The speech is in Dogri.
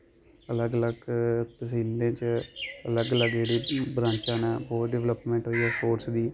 अलग अलग तसीलें च अलग अलग ब्राचां न ओह् डवलपमैंट होई स्पोर्टस दी